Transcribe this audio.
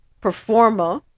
performer